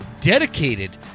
dedicated